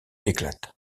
éclate